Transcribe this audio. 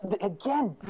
again